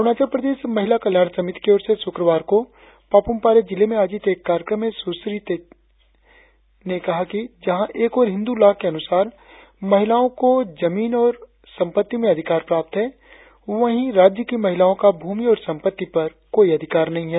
अरुणाचल प्रदेश महिला कल्याण समिति की ओर से श्रक्रवार को पापुमपारे जिले में आयोजित एक कार्यक्रम में सुश्री चाई तेची ने कहा कि जहाँ एक और हिंदू लॉ के अनुसार महिलाओ को जमीन और संपत्ति में अधिकार प्राप्त है वही राज्य की महिलाओ का भूमि और संपत्ति पर कोई अधिकार नही है